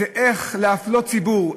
זה איך להפלות ציבור,